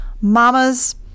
Mama's